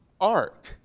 ark